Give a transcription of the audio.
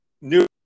new